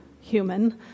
human